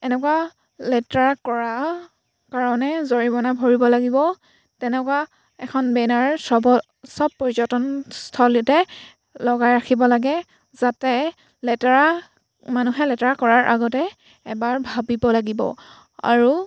এনেকুৱা লেতেৰা কৰা কাৰণে জৰিমনা ভৰিব লাগিব তেনেকুৱা এখন বেনাৰ সবৰ সব পৰ্যটনস্থলীতে লগাই ৰাখিব লাগে যাতে লেতেৰা মানুহে লেতেৰা কৰাৰ আগতে এবাৰ ভাবিব লাগিব আৰু